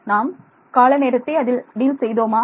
நாம் கால நேரத்தை அதில் டீல் செய்தோமா